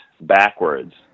backwards